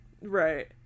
Right